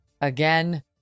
again